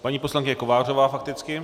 Paní poslankyně Kovářová fakticky.